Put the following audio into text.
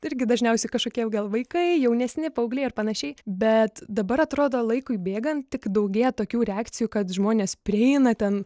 irgi dažniausiai kažkokie gal vaikai jaunesni paaugliai ar panašiai bet dabar atrodo laikui bėgan tik daugėja tokių reakcijų kad žmonės prieina ten